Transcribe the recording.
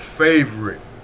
favorite